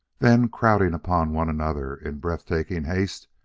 then, crowding upon one another in breath-taking haste,